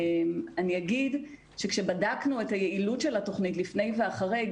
אני אגיד שכשבדקנו את היעילות של התוכנית לפני ואחרי,